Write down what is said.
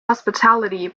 hospitality